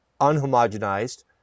unhomogenized